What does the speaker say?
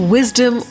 Wisdom